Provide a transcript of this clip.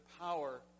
power